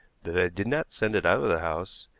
that i did not send it out of the house,